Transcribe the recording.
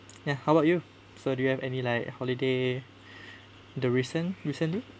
ya how about you so do you have any like holiday the recent recently